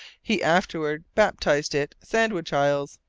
he afterwards baptized it sandwich isles.